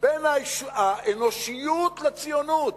בין האנושיות לציונות.